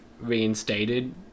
reinstated